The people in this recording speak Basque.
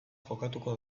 jokatuko